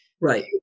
Right